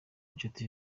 inshuti